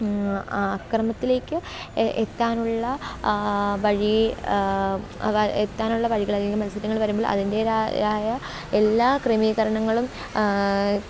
ആ ആക്രമിത്തിലേക്ക് എത്താനുള്ള വഴി എത്താനുള്ള വഴികൾ അല്ലെങ്കിൽ മത്സരങ്ങൾ വരുമ്പോൾ അതിൻ്റേതായ എല്ലാ ക്രമീകരണങ്ങളും